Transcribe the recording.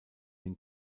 den